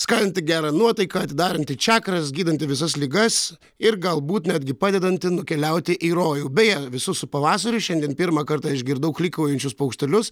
skatinanti gerą nuotaiką atidaranti čiakras gydanti visas ligas ir galbūt netgi padedanti nukeliauti į rojų beje visus su pavasariu šiandien pirmą kartą išgirdau klykaujančius paukštelius